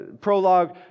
prologue